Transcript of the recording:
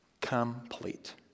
Complete